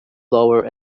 blower